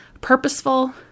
purposeful